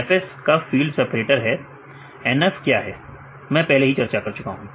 FS एक field separator है NF क्या है मैं पहले ही चर्चा कर चुका हूं